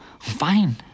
fine